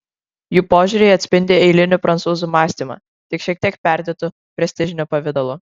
jų požiūriai atspindi eilinių prancūzų mąstymą tik šiek tiek perdėtu prestižiniu pavidalu